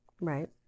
Right